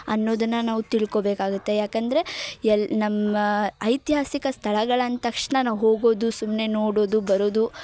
ಅನ್ನೋದನ್ನ ನಾವು ತಿಳ್ಕೊಬೇಕಾಗುತ್ತೆ ಯಾಕೆಂದರೆ ಎಲ್ಲಿ ನಮ್ಮ ಐತಿಹಾಸಿಕ ಸ್ಥಳಗಳು ಅದ ತಕ್ಷಣ ನಾವು ಹೋಗೋದು ಸುಮ್ಮನೆ ನೋಡೊದು ಬರೋದು